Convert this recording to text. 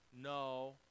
no